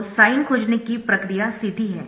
तो साइन खोजने की प्रक्रिया सीधी है